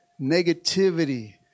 negativity